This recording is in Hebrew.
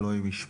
אלוהים ישמור,